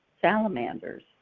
salamanders